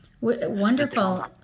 Wonderful